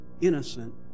innocent